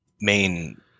main